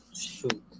shoot